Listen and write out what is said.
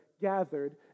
gathered